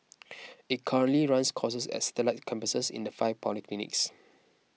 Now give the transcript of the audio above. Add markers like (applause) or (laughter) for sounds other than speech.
(noise) it currently runs courses at satellite campuses in the five polytechnics